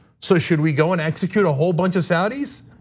so should we go and execute a whole bunch of saudis?